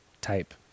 type